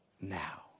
now